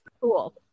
cool